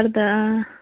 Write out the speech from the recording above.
اَرداہ